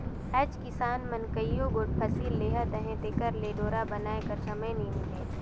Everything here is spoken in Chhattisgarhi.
आएज किसान मन कइयो गोट फसिल लेहत अहे तेकर ले डोरा बनाए कर समे नी मिले